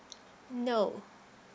no